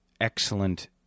excellent